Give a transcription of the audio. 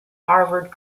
harvard